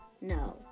No